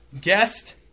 Guest